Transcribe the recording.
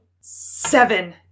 Seven